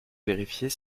vérifier